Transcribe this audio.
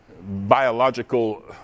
biological